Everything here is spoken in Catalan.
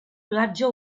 platja